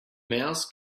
mouse